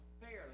fairly